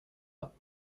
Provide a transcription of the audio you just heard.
pas